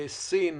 סין,